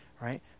right